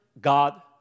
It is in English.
God